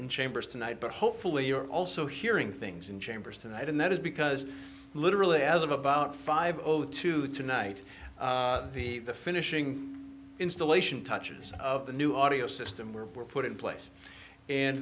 in chambers tonight but hopefully you are also hearing things in chambers tonight and that is because literally as of about five o two tonight the finishing installation touches of the new audio system were put in place and